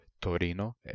Torino